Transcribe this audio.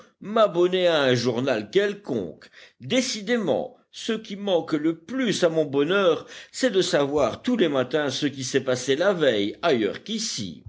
m'abonner à un journal quelconque décidément ce qui manque le plus à mon bonheur c'est de savoir tous les matins ce qui s'est passé la veille ailleurs qu'ici